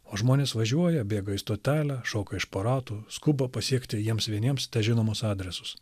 o žmonės važiuoja bėga į stotelę šoka iš po ratų skuba pasiekti jiems vieniems težinomus adresus